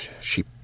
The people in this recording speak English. She